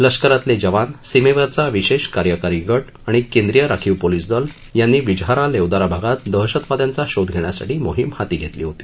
लष्करातले जवान सीमेवरचा विशेष कार्यकारी गट आणि केंद्रीय राखीव पोलिस दल यांनी विजहारा लेवदारा भागात दहशतवादयांचा शोध घेण्यासाठी मोहीम हाती घेतली होती